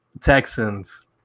Texans